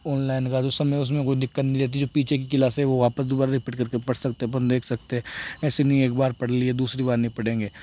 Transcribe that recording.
online का जो समय है उसमें कोई दिक्कत नहीं रहती जो पीछे की क्लास है वह वापस दोबारा रिपीट करके पढ़ सकते हैं अपन देख सकते हैं ऐसा नहीं हैं एक बार पढ़ लिए दूसरी बार नहीं पढ़ेंगे